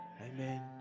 Amen